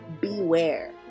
beware